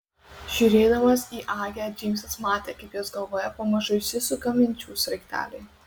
žiūrėdamas į agę džeimsas matė kaip jos galvoje pamažu įsisuka minčių sraigteliai